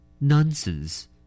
Nonsense